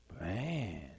man